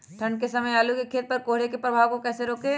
ठंढ के समय आलू के खेत पर कोहरे के प्रभाव को कैसे रोके?